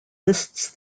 lists